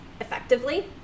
effectively